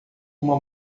uma